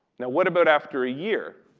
now what about after a year?